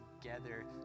together